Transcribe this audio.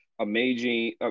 amazing